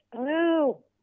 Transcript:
hello